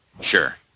Sure